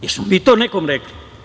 Jesmo li mi to nekome rekli?